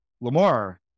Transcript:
Lamar